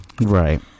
Right